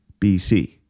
BC